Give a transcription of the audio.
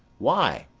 why,